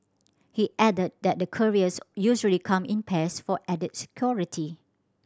he added that the couriers usually come in pairs for added security